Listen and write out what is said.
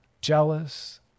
jealous